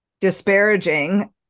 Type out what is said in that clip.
disparaging